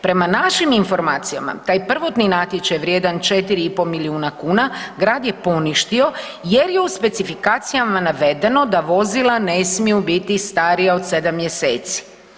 Prema našim informacijama taj prvotni natječaj vrijedan 4,5 milijuna kuna grad je poništio jer je u specifikacijama navedeno da vozila ne smiju biti starija od 7 mjeseci.